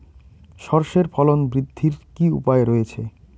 সর্ষের ফলন বৃদ্ধির কি উপায় রয়েছে?